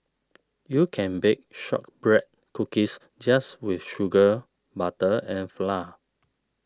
you can bake Shortbread Cookies just with sugar butter and flour